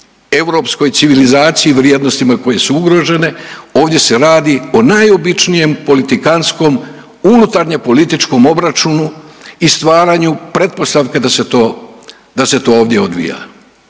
europskoj civilizaciji i vrijednostima koje su ugrožene ovdje se radi o najobičnijem politikantskom unutarnjopolitičkom obračunu i stvaranju pretpostavke da se to ovdje odvija.